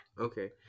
okay